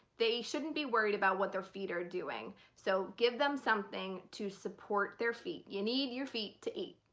they shouldn't be worried about what their feet are doing. so give them something to support their feet. you need your feet to eat.